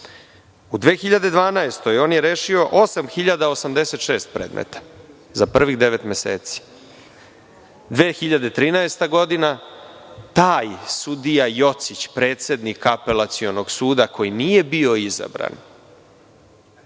U 2012. godini on je rešio 8.086 predmeta za prvih devet meseci. Godina 2013, taj sudija Jocić, predsednik Apelacionog suda, koji nije bio izabran,